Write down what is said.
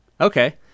Okay